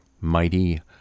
mighty